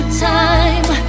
time